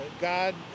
God